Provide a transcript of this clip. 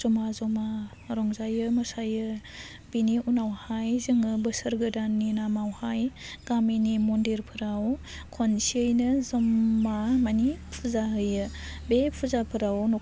ज'मा ज'मा रंजायो मोसायो बेनि उनावहाय जोङो बोसोर गोदाननि नामावहाय गामिनि मन्दिरफोराव खनसेयैनो ज'मा माने फुजा होयो बे फुजाफोराव